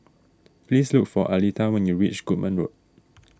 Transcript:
please look for Aleta when you reach Goodman Road